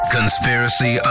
Conspiracy